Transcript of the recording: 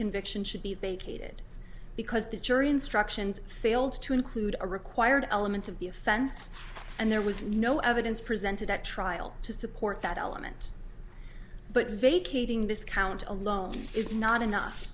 conviction should be vacated because the jury instructions failed to include a required elements of the offense and there was no evidence presented at trial to support that element but vacating this count alone is not enough